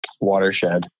watershed